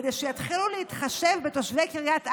כדי שיתחילו להתחשב בתושבי קריית ארבע,